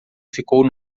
ficou